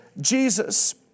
Jesus